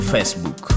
Facebook